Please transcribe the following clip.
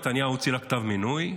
נתניהו הוציא לה כתב מינוי.